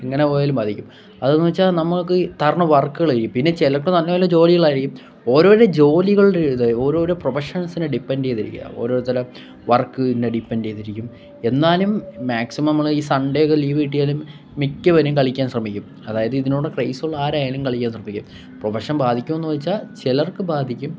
എങ്ങനെ പോയാലും ബാധിക്കും അതെന്ന് വെച്ചാൽ നമ്മൾക്ക് തരുന്ന വർക്ക്കള് ചെയ്യും പിന്നെ ചിലപ്പം നല്ല നല്ല ജോലികളായിരിക്കും ഓരോരോ ജോലികളുടെ ഇത് ഓരോരോ പ്രഫഷൻസിനെ ഡിപ്പെൻഡ് ചെയ്തിരിക്കും ഓരോരുത്തരുടെ വർക്കിനെ ഡിപ്പെൻഡ് ചെയ്തിരിക്കും എന്നാലും മാക്സിമം നമ്മള് ഈ സൺഡേ ഒക്കെ ലീവ് കിട്ടിയാലും മിക്കവരും കളിക്കാൻ ശ്രമിക്കും അതായത് ഇതിനോട് ക്രേസ് ഉള്ള ആരായാലും കളിക്കാൻ ശ്രമിക്കും പ്രഫഷൻ ബാധിക്കുവോന്ന് ചോദിച്ചാൽ ചിലർക്ക് ബാധിക്കും